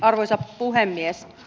arvoisa puhemies